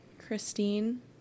Christine